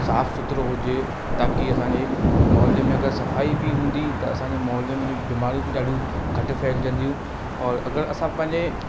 साफ़ सुथिरो हुजे ताकी असांजे मुहले में अगरि सफ़ाई बि हूंदी त असांजे मुहले में बीमारियूं बि ॾाढियूं घटि फैलजंदियूं औरि अगरि असां पंहिंजे